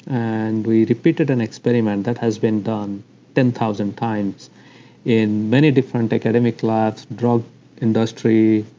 and we repeated an experiment that has been done ten thousand times in many different academic labs, drug industry,